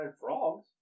frogs